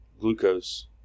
glucose